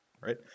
right